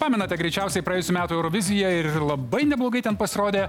pamenate greičiausiai praėjusių metų eurovizijoj labai neblogai ten pasirodė